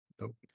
Nope